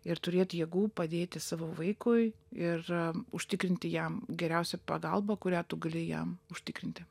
ir turėt jėgų padėti savo vaikui ir užtikrinti jam geriausią pagalbą kurią tu gali jam užtikrinti